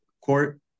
court